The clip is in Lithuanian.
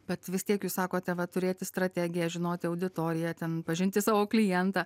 bet vis tiek jūs sakote va turėti strategiją žinoti auditoriją ten pažinti savo klientą